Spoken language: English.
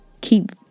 keep